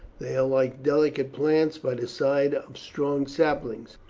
they are like delicate plants by the side of strong saplings.